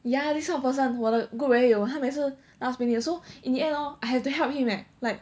ya this type of person 我的 group 也有他每次 last minute 的 so in the end hor I have to help him leh like